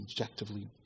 objectively